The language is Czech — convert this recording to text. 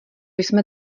jsme